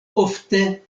ofte